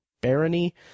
Barony